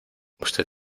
usted